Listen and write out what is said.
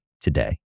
today